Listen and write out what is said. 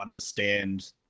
understand